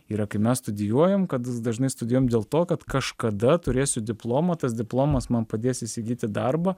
yra kai mes studijuojam kad dažnai studijuojam dėl to kad kažkada turėsiu diplomą tas diplomas man padės įsigyti darbą